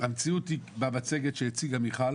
המציאות במצגת שהציגה מיכל